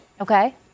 Okay